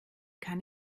kann